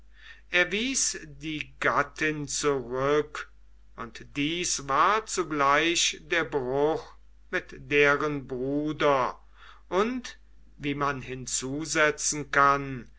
wies die gattin zurück und dies war zugleich der bruch mit deren bruder und wie man hinzusetzen kann